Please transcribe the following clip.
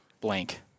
blank